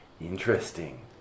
Interesting